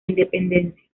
independencia